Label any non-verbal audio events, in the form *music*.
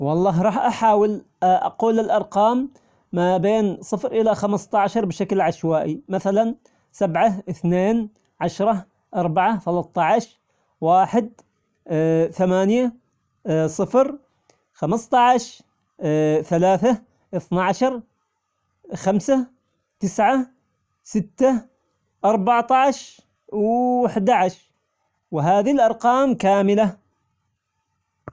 والله راح أحاول أقول الأرقام ما بين صفر الى خمسة عشر بشكل عشوائي مثلا سبعة، اثنين، عشرة، أربعة، ثلاثة عشر، واحد، *hesitation* ثمانية *hesitation* صفر، خمسة عشر، *hesitation* ثلاثة، اثنا عشر، خمسة، تسعة، ستة، أربعة عشر، و- واحدى عشر وهذي الأرقام كاملة.